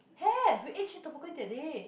have we eat cheese tteokbokki that day